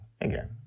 Again